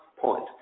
point